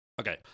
Okay